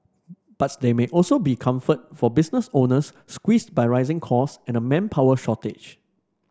but there may also be comfort for business owners squeezes by rising costs and a manpower shortage